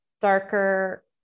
darker